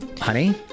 Honey